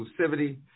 exclusivity